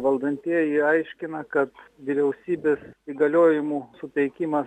valdantieji aiškina kad vyriausybės įgaliojimų suteikimas